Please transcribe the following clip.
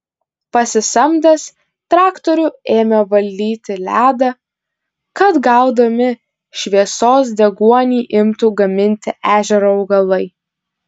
pasisamdęs traktorių ėmė valyti ledą kad gaudami šviesos deguonį imtų gaminti ežero augalai